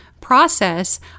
process